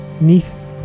Neath